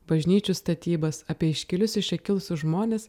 bažnyčių statybas apie iškilius iš čia kilusius žmones